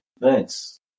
Thanks